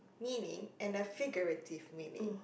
meaning and a figurative meaning